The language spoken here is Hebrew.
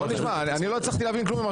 בואו נשמע, אני לא הצלחתי להבין כלום.